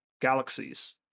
galaxies